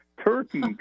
Turkey